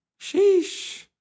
Sheesh